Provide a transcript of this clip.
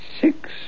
six